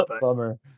Bummer